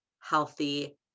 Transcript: healthy